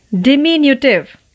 diminutive